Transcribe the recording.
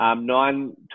Nine